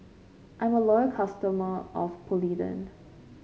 I'm a loyal customer of Polident